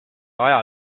aja